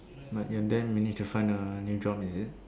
but you're then you need to find a new job is it